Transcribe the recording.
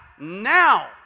now